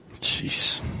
Jeez